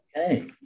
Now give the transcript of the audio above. Okay